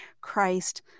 Christ